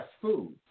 food